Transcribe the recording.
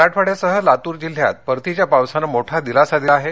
मराठवाड्यासह लातूर जिल्ह्यात परतीच्या पावसाने मोठा दिलासा दिलेला आहे